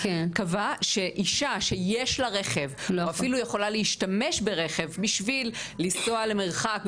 קבע שאישה שיש לה רכב או אפילו יכולה להשתמש ברכב בשביל לנסוע למרחק,